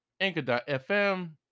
Anchor.fm